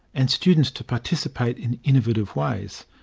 and students to participate in innovative ways.